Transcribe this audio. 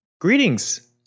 Greetings